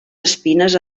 espines